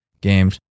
Games